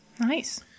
Nice